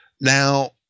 Now